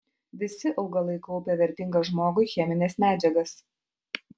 visi augalai kaupia vertingas žmogui chemines medžiagas